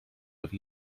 have